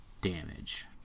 damage